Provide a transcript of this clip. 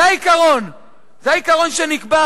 זה העיקרון שנקבע,